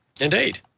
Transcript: indeed